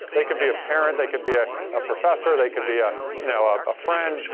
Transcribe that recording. they could be a parent, they could be a professor, they could be a you know ah a friend,